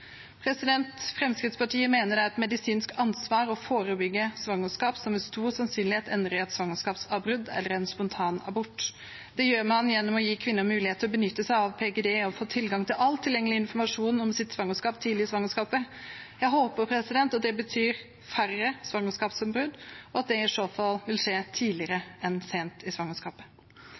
Fremskrittspartiet mener det er et medisinsk ansvar å forebygge svangerskap som med stor sannsynlighet ender i et svangerskapsavbrudd eller en spontanabort. Det gjør man gjennom å gi kvinner mulighet til å benytte seg av PGD og få tilgang til all tilgjengelig informasjon om sitt svangerskap tidlig i svangerskapet. Jeg håper at det betyr færre svangerskapsavbrudd, og at det i så fall vil skje tidlig heller enn sent i svangerskapet.